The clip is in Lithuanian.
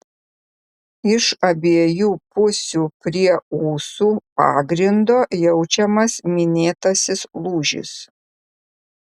iš abiejų pusių prie ūsų pagrindo jaučiamas minėtasis lūžis